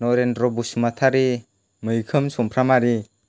नरेन्द्र बसुमतारि मैखोम सुम्फ्रामारि